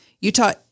Utah